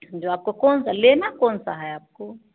जो आपको कौनसा लेना कौनसा है आपको